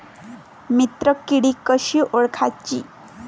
मित्र किडी कशी ओळखाची?